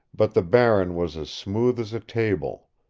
but the barren was as smooth as a table.